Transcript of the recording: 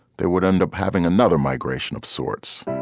they would end up having another migration of sorts.